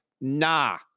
nah